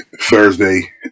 Thursday